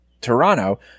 Toronto